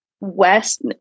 west